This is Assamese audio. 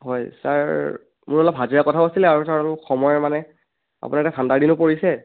হয় ছাৰ মোৰ অলপ হাজিৰা কথাও আছিলে আৰু ছাৰ সময়ৰ মানে আপোনাৰ এতিয়া ঠাণ্ডাৰ দিনো পৰিছে